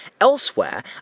elsewhere